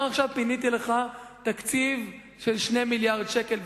כבר עכשיו פיניתי לך תקציב של 2 מיליארדי שקלים,